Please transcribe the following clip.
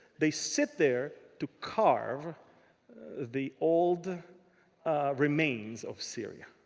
they sit there to carve the old remains of syria.